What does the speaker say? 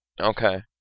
Okay